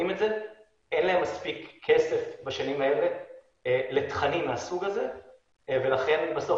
אין להם מספיק כסף בשנים האלה לתכנים מהסוג הזה ולכן בסוף